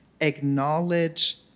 acknowledge